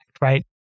right